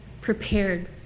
prepared